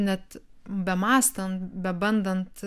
net bemąstant bebandant